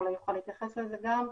אולי הוא יוכל להתייחס לזה גם,